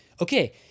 Okay